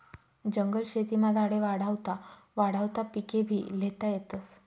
जंगल शेतीमा झाडे वाढावता वाढावता पिकेभी ल्हेता येतस